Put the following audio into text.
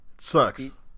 sucks